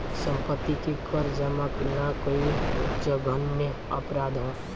सम्पत्ति के कर जामा ना कईल जघन्य अपराध ह